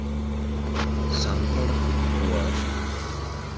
ᱥᱟᱱᱛᱟᱲ ᱠᱚᱣᱟᱜ